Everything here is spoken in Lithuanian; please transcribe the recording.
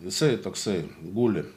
jisai toksai guli